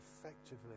effectively